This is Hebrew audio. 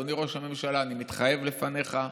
אדוני ראש הממשלה, אני מתחייב בפניך,